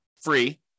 free